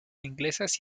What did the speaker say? inglesas